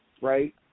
right